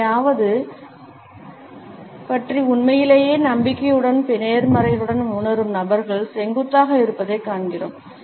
எதையாவது பற்றி உண்மையிலேயே நம்பிக்கையுடனும் நேர்மறையுடனும் உணரும் நபர்கள் செங்குத்தாக இருப்பதைக் காண்கிறோம்